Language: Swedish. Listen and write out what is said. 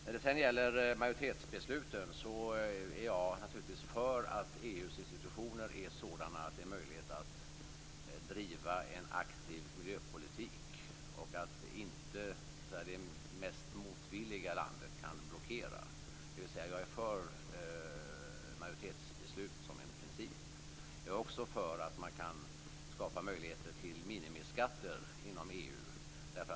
När det sedan gäller majoritetsbesluten är jag naturligtvis för att EU:s institutioner är sådana att det är möjligt att driva en aktiv miljöpolitik och att inte det mest motvilliga landet kan blockera, dvs. att jag är för majoritetsbeslut som en princip. Jag är också för att man skall kunna skapa möjligheter till minimiskatter inom EU.